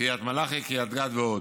קריית מלאכי, קריית גת ועוד.